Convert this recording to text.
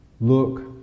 Look